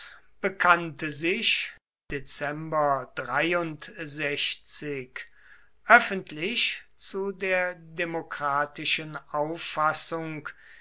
bekannte sich öffentlich zu der demokratischen auffassung